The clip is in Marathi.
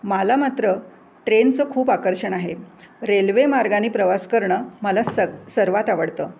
मला मात्र ट्रेनचं खूप आकर्षण आहे रेल्वेमार्गाने प्रवास करणं मला सग् सर्वात आवडतं